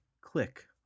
click